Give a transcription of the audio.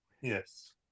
Yes